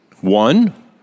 One